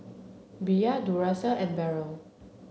Bia Duracell and Barrel